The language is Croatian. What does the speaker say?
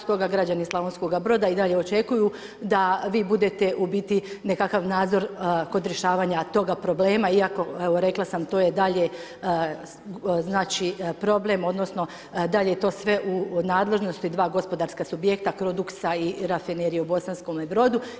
Stoga građani Slavonskoga Broda i dalje očekuju da vi budete u biti nekakav nadzor kod rješavanja toga problema, iako rekla sam to je dalje problem odnosno da li je to sve u nadležnosti dva gospodarska subjekta Croduxa i Rafinerije u Bosanskome Brodu.